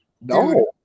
No